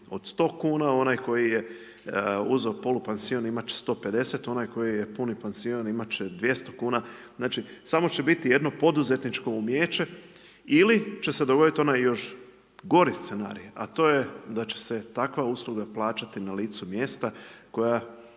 od 100 kuna, onaj koji je uzeo polupansion, imati će 150, onaj koji je puni pansion, imati će 200 kuna, znači samo će biti jedno poduzetničko umijeće ili će se dogoditi onaj još gori scenarij a to je da će se takva usluga plaćati na licu mjesta koja,